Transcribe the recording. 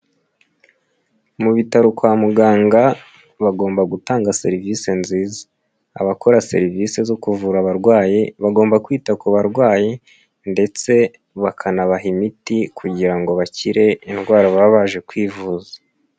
Mu bitaro kwa muganga, bagomba gutanga serivisi nziza. Abakora serivisi zo kuvura abarwayi, bagomba kwita ku barwayi, ndetse bakanabaha imiti kugira ngo bakire indwara baba baje kwivuza.